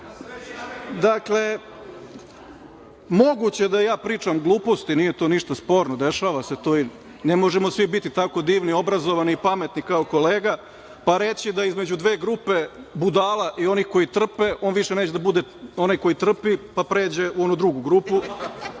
snage. Dakle, moguće je da ja pričam gluposti, nije to ništa sporno, dešava se to i ne možemo svi biti tako divni, obrazovani i pametni, kao kolega, pa reći da između dve grupe, budala i onih koji trpe, više neće da bude onaj koji trpi, pa pređe u onu drugu grupu.